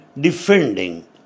defending